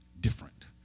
different